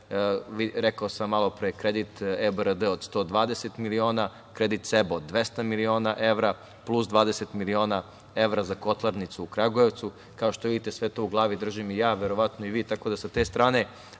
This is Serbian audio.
rekao sam malopre kredit od EBRD od 120 miliona, kredit CEBO 200 miliona evra, plus 20 miliona evra za kotlarnicu u Kragujevcu. Kao što vidite, sve to u glavi držim i ja, verovatno i vi, tako da sa te strane